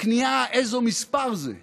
איזה מספר כניעה זה.